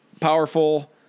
powerful